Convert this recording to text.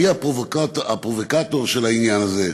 מי הפרובוקטור של העניין הזה?